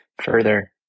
further